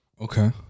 Okay